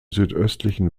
südöstlichen